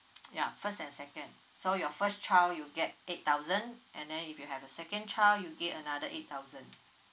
ya first and second so your first child you get eight thousand and then if you have a second child you get another eight thousand